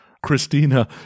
Christina